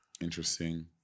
interesting